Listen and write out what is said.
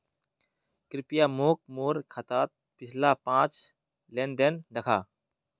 कृप्या मोक मोर खातात पिछला पाँच लेन देन दखा